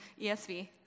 ESV